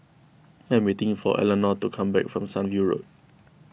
I am waiting for Elenora to come back from Sunview Road